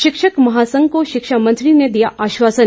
शिक्षक महासंघ को शिक्षा मंत्री ने दिया आश्वासन